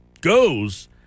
goes